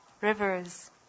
rivers